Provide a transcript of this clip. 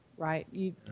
right